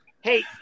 Hey